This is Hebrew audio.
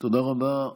תודה רבה.